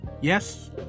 Yes